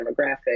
demographic